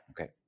Okay